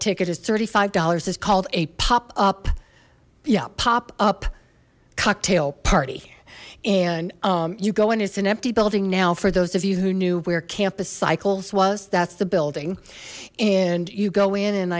ticket is thirty five dollars it's called a pop up yeah pop up cocktail party and you go in as an empty building now for those of you who knew where campus cycles was that's the building and you go in and